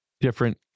different